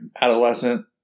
adolescent